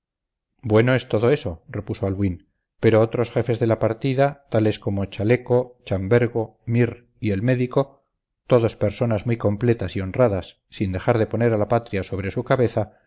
bueno es todo eso repuso albuín pero otros jefes de la partida tales como chaleco chambergo mir y el médico todos personas muy completas y honradas sin dejar de poner a la patria sobre su cabeza